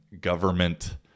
government